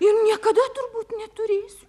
ir niekada turbūt neturėsiu